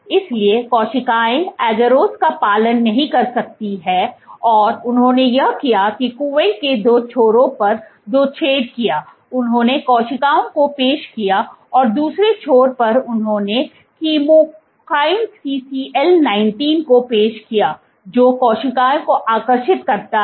इसलिए कोशिकाएं agarose का पालन नहीं कर सकती हैं और उन्होंने यह किया कि कुएं के दो छोरों पर दो छेद किया उन्होंने कोशिकाओं को पेश किया और दूसरे छोर पर उन्होंने केमोकाइन सीसीएल 19 को पेश किया जो कोशिकाओं को आकर्षित करता है